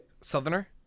Southerner